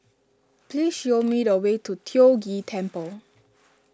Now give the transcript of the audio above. please show me the way to Tiong Ghee Temple